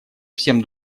всем